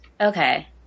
Okay